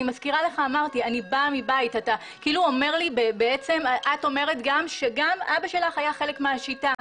אתה אומר לי: את אומרת שגם אבא שלך היה חלק מהשיטה.